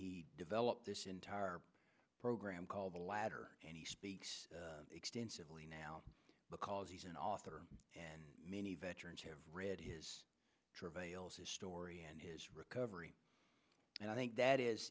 he developed this entire program called the ladder and he speaks extensively now because he's an author and many veterans have read his travails his story and his recovery and i think that is